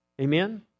amen